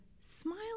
Smile